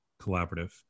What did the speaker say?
collaborative